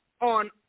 on